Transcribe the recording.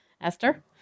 Esther